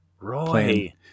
Roy